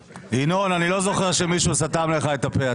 ינון, אני לא זוכר שמישהו סתם לך את הפה.